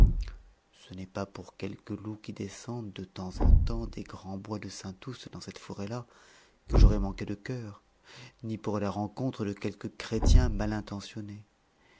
ce n'est pas pour quelques loups qui descendent de temps on temps des grands bois de saint aoust dans cette forêt là que j'aurais manqué de coeur ni pour la rencontre de quelque chrétien